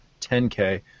10k